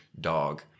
dog